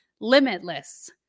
limitless